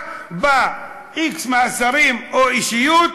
רק בא x מהשרים או אישיות,